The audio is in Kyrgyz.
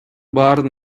баарын